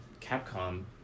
Capcom